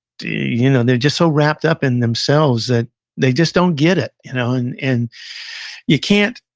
you know they're just so wrapped up in themselves that they just don't get it. you know and and you can't,